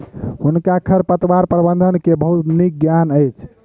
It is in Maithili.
हुनका खरपतवार प्रबंधन के बहुत नीक ज्ञान अछि